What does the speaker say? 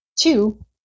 two